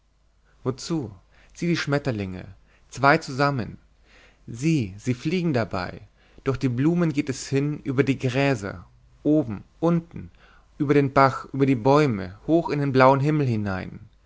wozu sieh die schmetterlinge zwei zusammen sieh sie fliegen dabei durch die blumen geht es hin über die gräser oben unten über den bach über die bäume hoch in den blauen himmel hinein